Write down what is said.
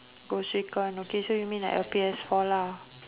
okay so you mean like a P_S four lah